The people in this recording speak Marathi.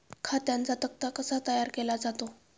खात्यांचा तक्ता कसा तयार केला जातो?